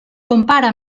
compara